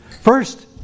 First